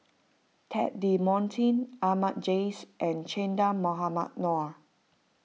Ted De Ponti Ahmad Jais and Che Dah Mohamed Noor